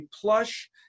plush